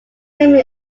semi